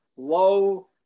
Low